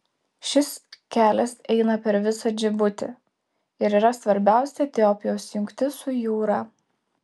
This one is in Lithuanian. šis kelias eina per visą džibutį ir yra svarbiausia etiopijos jungtis su jūra